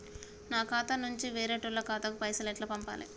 నా ఖాతా నుంచి వేరేటోళ్ల ఖాతాకు పైసలు ఎట్ల పంపాలే?